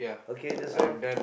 okay that's all